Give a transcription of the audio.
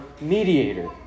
mediator